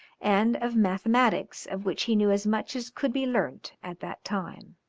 and of mathematics of which he knew as much as could be learnt at that time.